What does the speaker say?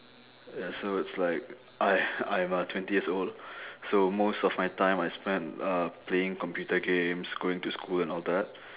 ya so it's like I I'm uh twenty years old so most of my time I spend uh playing computer games going to school and all that